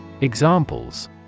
Examples